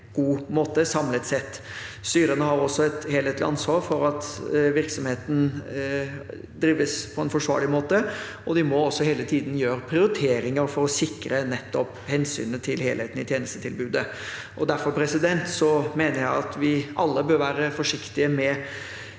måte samlet sett. Styrene har et helhetlig ansvar for at virksomheten drives på en forsvarlig måte, og de må også hele tiden gjøre prioriteringer for å sikre hensynet til helheten i tjenestetilbudet. Derfor mener jeg at vi alle bør være forsiktige med